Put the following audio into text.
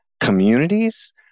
communities